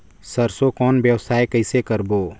सरसो कौन व्यवसाय कइसे करबो?